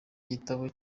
gitabo